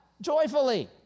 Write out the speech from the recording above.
Joyfully